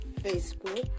Facebook